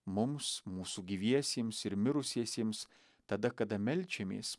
mums mūsų gyviesiems ir mirusiesiems tada kada meldžiamės